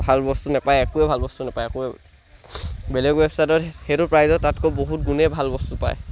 ভাল বস্তু নাপায় একোৱে ভাল বস্তু নাপায় একোৱে বেলেগ ৱেবছাইটত সেইটো প্ৰাইচত তাতকৈ বহুত গুণেই ভাল বস্তু পায়